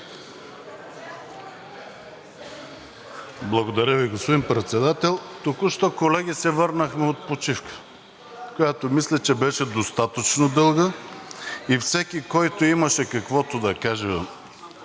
Благодаря Ви, господин Председател. Току-що, колеги, се върнахме от почивка, която мисля, че беше достатъчно дълга, и всеки, който имаше какво да каже по